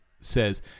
says